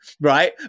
right